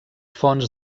fonts